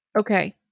Okay